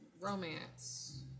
romance